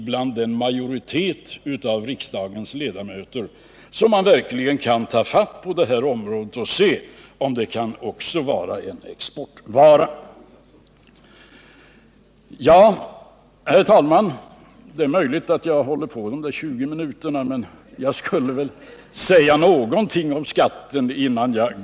Det är nödvändigt att vi tar tag i den här frågan och ser efter om kärnkraftsproduktion kan vara en exportvara. Herr talman! Det är möjligt att jag hållit på de 20 minuter som jag har antecknat mig för, men jag skall väl säga någonting om skatten också.